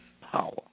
Power